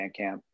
Bandcamp